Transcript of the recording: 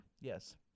Yes